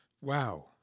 wow